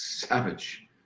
Savage